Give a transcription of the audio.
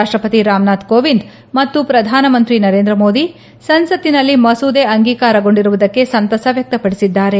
ರಾಷ್ಟಪತಿ ರಾಮನಾಥ ಕೋವಿಂದ್ ಮತ್ತು ಪ್ರಧಾನ ಮಂತ್ರಿ ನರೇಂದ್ರ ಮೋದಿ ಸಂಸತ್ತಿನಲ್ಲಿ ಮಸೂದೆ ಅಂಗೀಕಾರಗೊಂಡಿರುವುದಕ್ಕೆ ಸಂತಸ ವ್ಯಕ್ತಪಡಿಸಿದ್ದಾರೆ